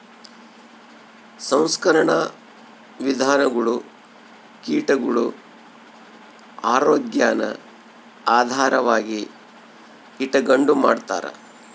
ಸಂಸ್ಕರಣಾ ವಿಧಾನಗುಳು ಕೀಟಗುಳ ಆರೋಗ್ಯಾನ ಆಧಾರವಾಗಿ ಇಟಗಂಡು ಮಾಡ್ತಾರ